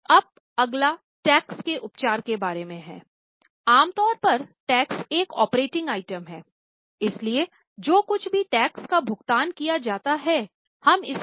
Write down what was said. अब अगला टैक्स के उपचार के बारे में है आम तौर पर टैक्स एक ऑपरेटिंगव्यय के रूप में दिखाएँगे